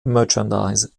merchandise